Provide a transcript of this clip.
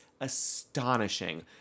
astonishing